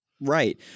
Right